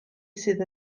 sydd